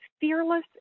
fearless